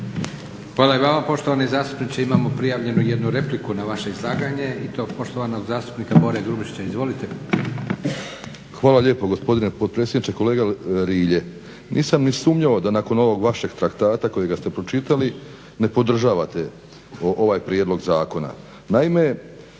Hvala i vama poštovani zastupniče. Imamo prijavljenu 1 repliku na vaše izlaganje, i to poštovanog zastupnika Bore Grubišića. Izvolite. **Grubišić, Boro (HDSSB)** Hvala lijepo gospodine potpredsjedniče. Kolega Rilje, nisam ni sumnjao da nakon ovog vašeg traktata kojega ste pročitali ne podržavate ovaj prijedlog zakona. Naime,